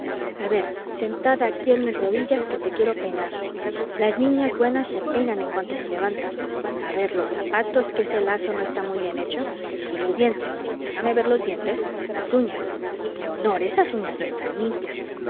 a ver sentada aquí en mis rodillas que te quiero peinar las niñas buenas se peinan en cuanto se levantan a ver los zapatos que ese lazo no está bien hecho y los dientes déjame ver los dientes las uñas leonor esas uñas no están limpias